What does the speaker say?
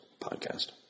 podcast